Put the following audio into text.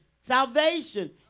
Salvation